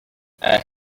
air